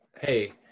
hey